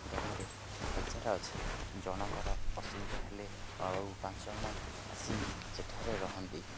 ଗାଁରେ ଭାଇଚାରା ଅଛି ଜଣଙ୍କର ଅସୁବିଧା ହେଲେ ଆଉ ପାଞ୍ଚଜଣ ଆସି ସେଠାରେ ରହନ୍ତି